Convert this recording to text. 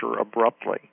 abruptly